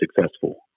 successful